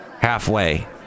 halfway